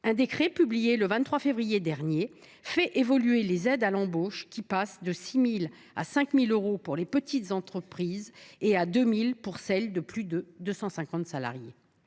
Un décret publié le 23 février dernier fait évoluer les aides à l’embauche. Celles ci passent de 6 000 euros à 5 000 euros pour les petites entreprises et à 2 000 euros pour celles de plus de 250 salariés.